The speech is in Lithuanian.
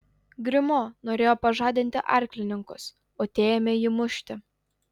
grimo norėjo pažadinti arklininkus o tie ėmė jį mušti